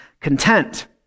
content